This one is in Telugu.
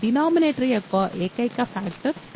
డినామినేటర్ యొక్క ఏకైక ఫ్యాక్టర్ 2